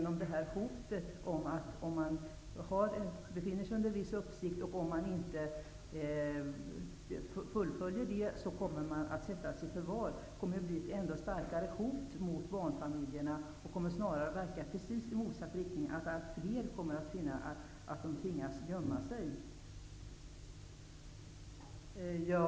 Om man befinner sig under viss uppsikt och inte fullföljer det kommer man att kunna sättas i förvar. Det kommer att bli ett ännu starkare hot mot barnfamiljerna och kommer snarare att verka i motsatt riktning. Fler kommer att finna att de tvingas gömma sig.